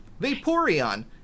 Vaporeon